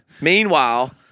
Meanwhile